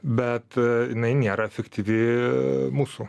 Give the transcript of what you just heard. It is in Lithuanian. bet jinai nėra efektyvi mūsų